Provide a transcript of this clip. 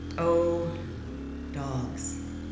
oh dogs,